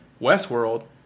Westworld